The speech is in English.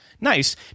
Nice